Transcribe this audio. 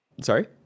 Sorry